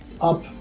up